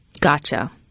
Gotcha